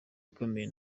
ikomeye